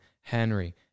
Henry